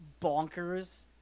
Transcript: bonkers